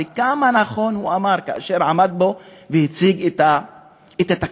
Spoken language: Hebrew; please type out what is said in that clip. וכמה נכון הוא אמר כאשר עמד פה והציג את התקציב,